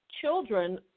children